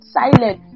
silent